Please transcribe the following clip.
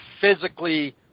physically